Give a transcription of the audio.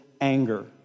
anger